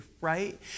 right